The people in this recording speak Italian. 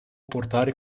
portare